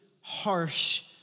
harsh